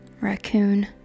raccoon